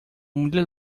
mulher